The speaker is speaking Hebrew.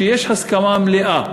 שיש הסכמה מלאה,